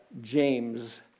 James